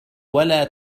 ولا